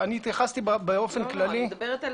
אני מדברת על